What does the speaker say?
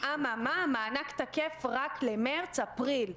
אה, ממה, המענק תקף רק למרץ אפריל,